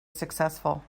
successful